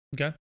Okay